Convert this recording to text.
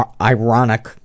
ironic